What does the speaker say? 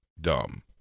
dumb